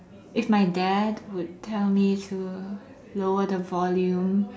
if my dad would tell me to lower the volume